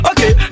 Okay